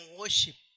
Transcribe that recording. worship